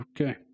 Okay